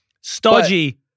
Stodgy